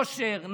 אושר,